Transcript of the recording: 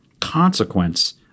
consequence